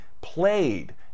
played